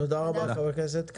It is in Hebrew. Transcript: תודה רבה, חבר הכנסת כץ.